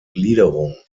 gliederung